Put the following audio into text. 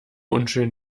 unschön